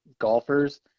golfers